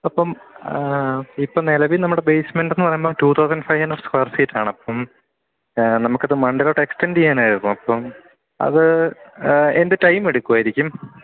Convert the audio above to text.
അപ്പം ഇപ്പോള് നിലവിൽ നമ്മുടെ ബേസ്മെൻറ്റെന്നു പറയുമ്പോള് two thousand five hundred square ഫീറ്റാണ് അപ്പം നമുക്കിത് മുകളിലേക്ക് എക്സ്സ്റ്റൻഡ് ചെയ്യാനായിരുന്നു അപ്പം അത് എന്ത് ടൈം എടുക്കുമായിരിക്കും